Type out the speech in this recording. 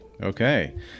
Okay